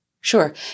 Sure